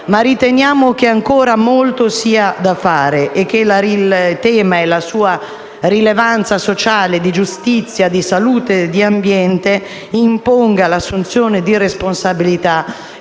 ma riteniamo che ancora molto sia da fare e che il tema e la sua rilevanza sociale, di giustizia, di salute e di ambiente, imponga l'assunzione di responsabilità